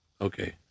Okay